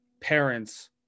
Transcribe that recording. parents